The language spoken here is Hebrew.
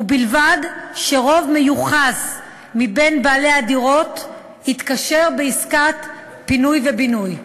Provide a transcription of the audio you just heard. ובלבד שרוב מיוחס מבין בעלי הדירות התקשר בעסקת פינוי ובינוי.